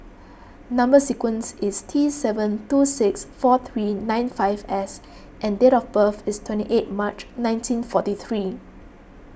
Number Sequence is T seven two six four three nine five S and date of birth is twenty eight March nineteen forty three